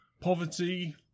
poverty